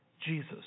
Jesus